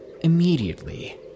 Immediately